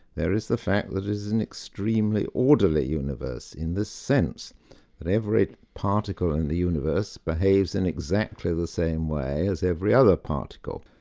there is the fact that it is an extremely orderly universe, in this sense that every particle in in the universe behaves in exactly the same way as every other particle.